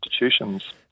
institutions